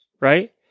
Right